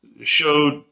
showed